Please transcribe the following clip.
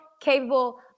capable